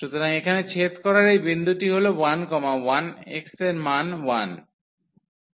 সুতরাং এখানে ছেদ করার এই বিন্দুটি হল 11 x এর মান 1